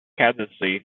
candidacy